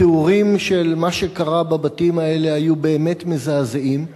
התיאורים של מה שקרה בבתים האלה היו באמת מזעזעים: